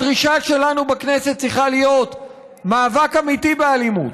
הדרישה שלנו בכנסת צריכה להיות מאבק אמיתי באלימות,